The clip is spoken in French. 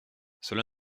cela